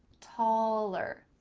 taller.